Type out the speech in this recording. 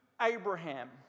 Abraham